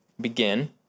begin